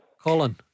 Colin